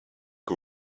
que